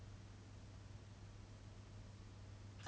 ya ya ya like all the movies